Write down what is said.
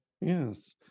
yes